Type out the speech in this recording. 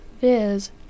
viz